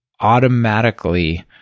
automatically